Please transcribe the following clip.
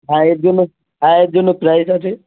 হ্যাঁ এর জন্য হ্যাঁ এর জন্য প্রাইজ আছে